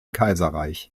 kaiserreich